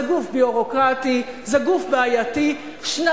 זה גוף ביורוקרטי, זה גוף בעייתי.